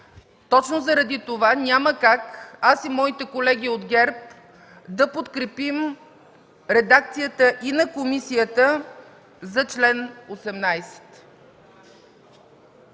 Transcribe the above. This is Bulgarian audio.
Точно заради това няма как аз и моите колеги от ГЕРБ да подкрепим редакцията и на комисията за чл. 18.